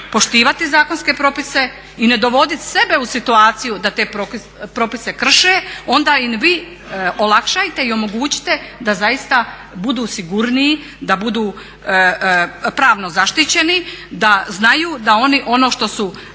poštivati zakonske propise i ne dovodit sebe u situaciju da te propise krše onda im vi olakšajte i omogućite da zaista budu sigurniji, da budu pravno zaštićeni, da znaju da oni ono što su